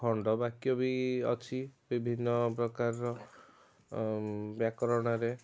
ଖଣ୍ଡବାକ୍ୟ ବି ଅଛି ବିଭିନ୍ନ ପ୍ରକାରର ବ୍ୟାକରଣରେ